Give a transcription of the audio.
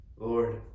Lord